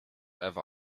ewa